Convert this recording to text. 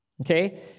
okay